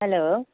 hello